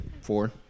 four